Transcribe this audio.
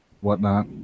whatnot